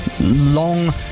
long